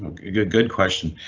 good good question.